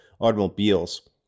automobiles